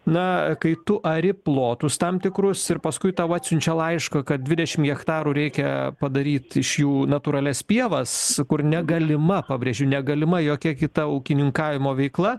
na kai tu ari plotus tam tikrus ir paskui tau atsiunčia laišką kad dvidešim hektarų reikia padaryt iš jų natūralias pievas kur negalima pabrėžiu negalima jokia kita ūkininkavimo veikla